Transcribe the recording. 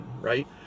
right